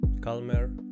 calmer